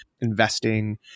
investing